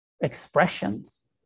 expressions